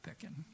picking